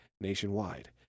nationwide